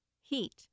heat